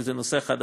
כי זה נושא חדש.